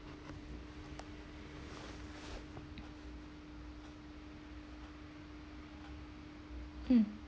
hmm